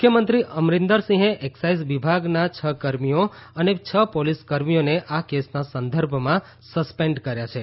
મુખ્યમંત્રી અમરીન્દર સિંહે એક્સાઇઝ વિભાગના છ કર્મી અને છ પોલીસ કર્મીઓને આ કેસના સંદર્ભમાં સસ્પેન્ડ કર્યા છે